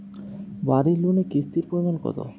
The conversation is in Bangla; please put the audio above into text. বাড়ি লোনে কিস্তির পরিমাণ কত?